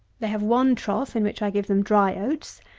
they have one trough in which i give them dry oats,